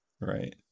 right